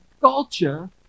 culture